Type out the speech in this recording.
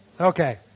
Okay